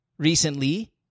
Recently